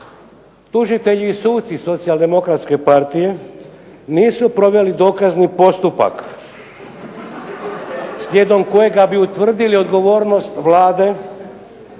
Tužitelji i suci Socijaldemokratske partije nisu proveli dokazni postupak …/Smijeh./… slijedom kojega bi utvrdili odgovornost Vlade